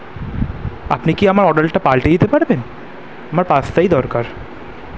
আপনি কি আমার অর্ডারটা পাল্টে দিতে পারবেন আমার পাস্তাই দরকার